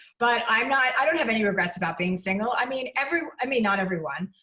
but i mean i i don't have any regrets about being single. i mean, every i mean not everyone.